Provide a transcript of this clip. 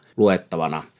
luettavana